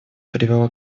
привела